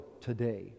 today